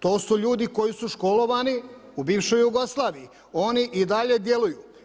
To su ljudi koji su školovani u bivšoj Jugoslaviji, oni i dalje djeluju.